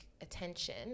attention